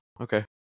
okay